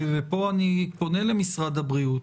ופה אני פונה למשרד הבריאות.